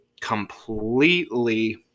completely